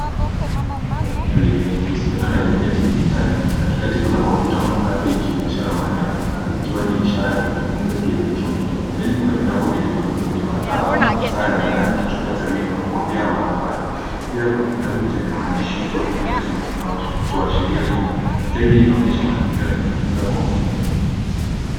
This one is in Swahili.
Hapa naona vifaa mbalimbali vinavyohusiana na elimu ya kidijitali. Katikati kuna kompyuta mpakato ikionyesha ramani ya Afrika ikiwa ni ishara ya kujifunza kielektroniki. Pembeni kuna vitabu vilivyofunguliwa, kalamu, saa ya mezani, kichupa cha wino na kofia ya mahafali. Pia kuna kitabu chenye maandishi Swahili lessons kinachotoashiria somo. Picha hii inaonyesha mazingira ya kujifunza kwa kutumia teknolojia.